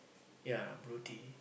ya Broti